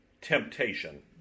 temptation